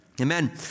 Amen